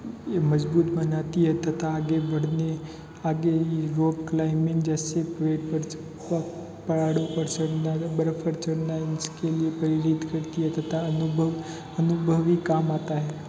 यह मजबूत बनाती है तथा आगे बढ़ने आगे रोप क्लाइमिंग जैसे पेड़ पर चढ़ना पहाड़ो पर चढ़ना बर्फ पर चढ़ना इसके लिए प्रेरित करती है तथा अनुभव अनुभव ही काम आता है